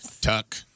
tuck